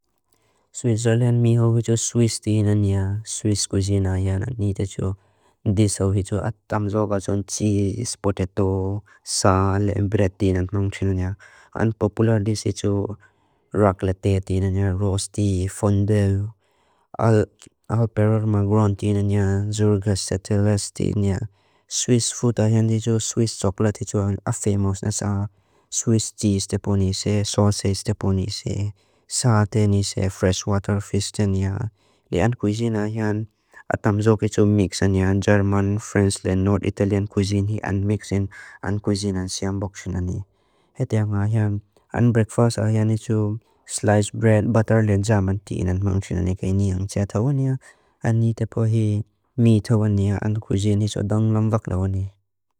Switzerland mi hovi cho swiss tina nia, swiss kuzina jana nita cho. Dis hovi cho atam joga cho cheese, potato, sal, bret tina nong tina nia. And popular dis is cho raclette tina nia, roasty, fondue. Alperar magron tina nia, surga satellus tina nia. Swiss food a jandi cho, swiss chocolate tina a famous na sa. Swiss cheese te ponise, sausage te ponise. Sate nise, fresh water fish tina nia. Le ant kuzina a jandi atam joga cho mix tina nia. German, French and North Italian kuzini a jandi mix tina nia. Ant kuzina siambok tina nia. Hetia a jandi, ant breakfast a jandi cho, sliced bread, butter and jam tina nia. Tina nang tina nia. A nita te ponise, meat te ponise. Ant kuzini cho dong lamvak tina nia.